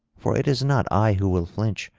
for it is not i who will flinch,